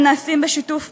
הם נעשים בשיתוף פעולה.